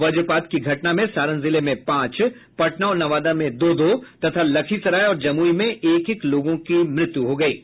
वज्रपात की घटना में सारण जिले में पांच पटना और नवादा में दो दो तथा लखीसराय और जमुई में एक एक लोगों की मौत हुई है